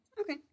Okay